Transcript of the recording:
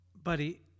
Buddy